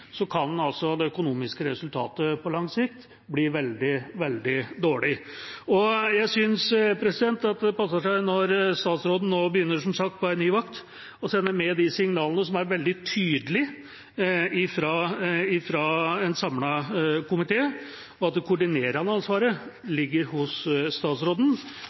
kan det økonomiske resultatet på lang sikt bli veldig, veldig dårlig? Jeg synes at det passer seg – når statsråden nå, som sagt, begynner på en ny vakt – å sende med de signalene som er veldig tydelige fra en samlet komité, at det koordinerende ansvaret ligger hos statsråden,